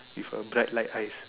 with a black light eyes